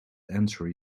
answer